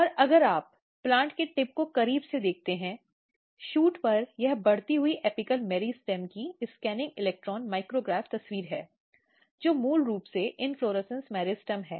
और अगर आप प्लांट के टिप को करीब से देखते हैं शूट पर यह बढ़ती हुई एपिकल मेरिस्टेम की स्कैनिंग इलेक्ट्रॉन माइक्रोग्राफ तस्वीर है जो मूल रूप से इन्फ़्लॉरेसॅन्स मेरिस्टेम है